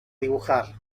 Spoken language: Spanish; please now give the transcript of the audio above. dibujar